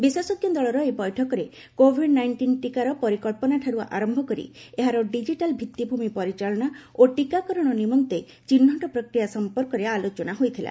ବିଶେଷଜ୍ଞ ଦଳର ଏହି ବୈଠକରେ କୋଭିଡ୍ ନାଇଷ୍ଟିନ୍ ଟିକାର ପରିକଳ୍ପନାଠାରୁ ଆରମ୍ଭ କରି ଏହାର ଡିଜିଟାଲ୍ ଭିଭିଭୂମି ପରିଚାଳନା ଓ ଟିକାକରଣ ନିମନ୍ତେ ଚିହ୍ନଟ ପ୍ରକ୍ରିୟା ସମ୍ପର୍କରେ ଆଲୋଚନା ହୋଇଥିଲା